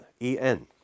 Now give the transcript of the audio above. en